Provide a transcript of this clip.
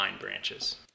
branches